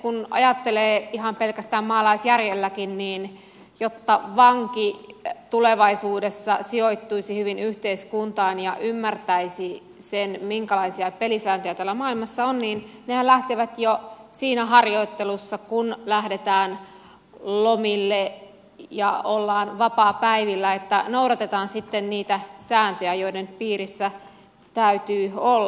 kun ajattelee ihan pelkästään maalaisjärjelläkin niin jotta vanki tulevaisuudessa sijoittuisi hyvin yhteiskuntaan ja ymmärtäisi sen minkälaisia pelisääntöjä täällä maailmassa on niin sehän lähtee jo siinä harjoittelussa kun lähdetään lomille ja ollaan vapaapäivillä että noudatetaan sitten niitä sääntöjä joiden piirissä täytyy olla